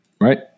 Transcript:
right